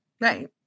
right